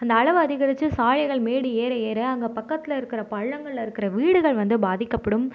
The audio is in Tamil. அந்த அளவு அதிகரித்து சாலைகள் மேடு ஏற ஏற அங்கே பக்கத்தில் இருக்கிற பள்ளங்களில் இருக்கிற வீடுகள் வந்து பாதிக்கப்படும்